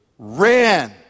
ran